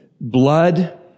Blood